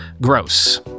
gross